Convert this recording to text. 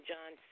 John